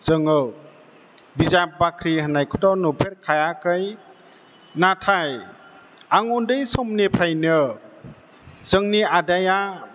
जोङो बिजाब बाख्रि होन्नायखौथ' नुफेरखायाखै नाथाय आं उन्दै समनिफ्रायनो जोंनि आदाया